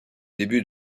début